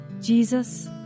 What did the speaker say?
Jesus